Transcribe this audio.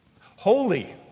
Holy